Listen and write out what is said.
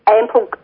ample